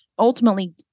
ultimately